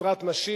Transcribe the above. הדרת נשים.